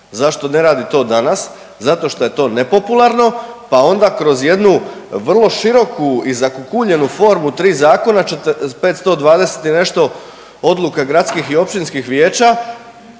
Zašto ne radi to danas? Zato što je to nepopularno pa onda kroz jednu vrlo široku i zakukuljenu formu 3 zakona, 520 i nešto odluka gradskih i općinskih vijeća